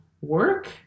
work